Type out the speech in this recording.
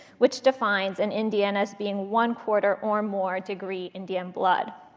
which defines an indian as being one-quarter or more degree indian blood.